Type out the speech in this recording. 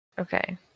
Okay